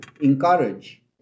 encourage